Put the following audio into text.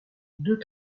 deux